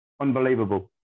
Unbelievable